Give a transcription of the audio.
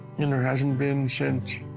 and there hasn't been since.